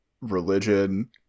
religion